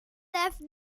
left